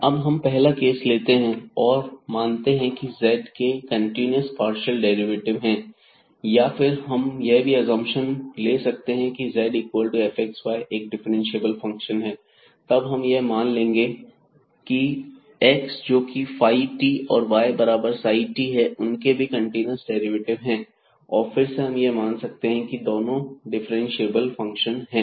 आप हम पहला केस लेते हैं और मानते हैं की z के कंटीन्यूअस पार्शियल डेरिवेटिव हैं या फिर हम यह भी एसम्शन ले सकते हैं की z इक्वल fxy एक डिफरेंशिएबल फंक्शन है और तब हम यह भी मान लेंगे की x जोकि फाई t और y बराबर है साई t के उनके भी कंटीन्यूअस डेरिवेटिव हैं और फिर से हम यह मान सकते हैं कि यह दोनों डिफरेंशिएबल फंक्शन है